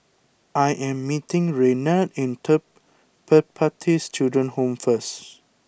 I am meeting Renard at Pertapis Children Home first